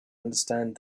understand